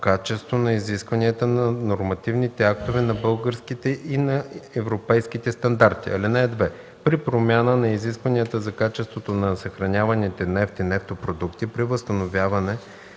качество на изискванията на нормативните актове, на българските и на европейските стандарти. (2) При промяна на изискванията за качеството на съхраняваните нефт и нефтопродукти, при възстановяване